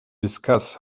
discuss